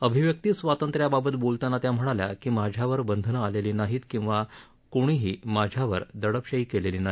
अभिव्यक्ती स्वातंत्र्याबाबत बोलताना त्या म्हणाल्या की माझ्यावर बंधनं आलेली नाहीत किंवा कोणीही माझ्यावर दडपशाही केलेली नाही